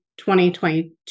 2022